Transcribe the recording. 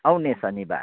आउने शनिबार